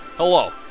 Hello